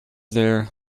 there